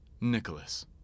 Nicholas